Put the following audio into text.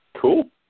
Cool